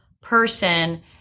person